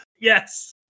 Yes